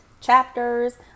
chapters